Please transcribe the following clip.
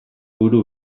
buru